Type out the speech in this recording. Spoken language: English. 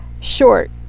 short